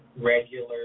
regular